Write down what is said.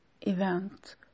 event